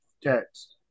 text